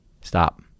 Stop